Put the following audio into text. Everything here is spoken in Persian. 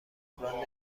جبران